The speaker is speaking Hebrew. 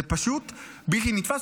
זה פשוט בלתי נתפס.